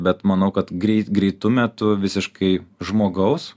bet manau kad greit greitu metu visiškai žmogaus